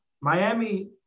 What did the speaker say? Miami